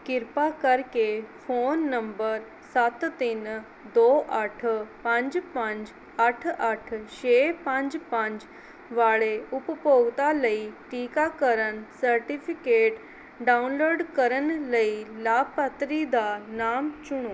ਕਿਰਪਾ ਕਰਕੇ phone number ਸੱਤ ਤਿੰਨ ਦੋੋ ਅੱਠ ਪੰਜ ਪੰਜ ਅੱਠ ਅੱਠ ਛੇ ਪੰਜ ਪੰਜ ਵਾਲੇ ਉਪਭੋਗਤਾ ਲਈ ਟੀਕਾਕਰਨ ਸਰਟੀਫਿਕੇਟ ਡਾਊਨਲੋਡ ਕਰਨ ਲਈ ਲਾਭਪਾਤਰੀ ਦਾ ਨਾਮ ਚੁਣੋ